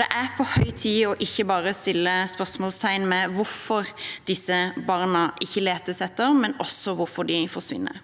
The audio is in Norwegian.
det er på høy tid å sette spørsmålstegn ved ikke bare hvorfor disse barna ikke letes etter, men også hvorfor de forsvinner.